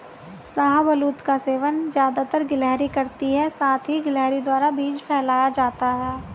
शाहबलूत का सेवन ज़्यादातर गिलहरी करती है साथ ही गिलहरी द्वारा बीज फैलाया जाता है